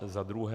Za druhé.